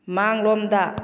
ꯃꯥꯡꯂꯣꯝꯗ